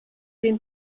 den